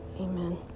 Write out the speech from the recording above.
Amen